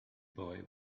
boy